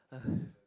!aiya!